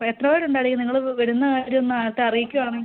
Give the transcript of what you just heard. അപ്പം എത്ര പേര് ഉണ്ട് നിങ്ങൾ വരുന്ന കാര്യം ഒന്ന് നേരത്തെ അറിയിക്കുവാണെങ്കിൽ